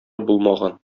булмаган